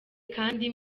kandi